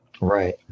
Right